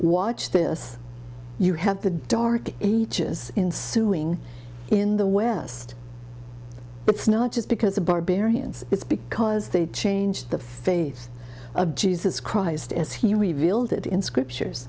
watch this you have the dark ages ensued wing in the west it's not just because of barbarians it's because they've changed the face of jesus christ as he revealed it in scriptures